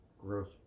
gross